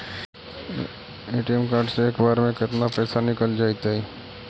ATM card से एक बार में केतना पैसा निकल जइतै?